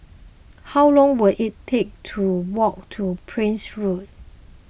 how long will it take to walk to Prince Road